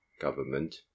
government